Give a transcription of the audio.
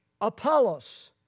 Apollos